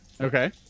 Okay